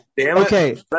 okay